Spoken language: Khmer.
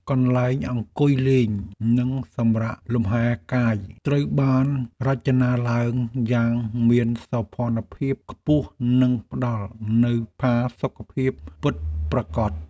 កន្លែងអង្គុយលេងនិងសម្រាកលំហែកាយត្រូវបានរចនាឡើងយ៉ាងមានសោភណភាពខ្ពស់និងផ្តល់នូវផាសុកភាពពិតប្រាកដ។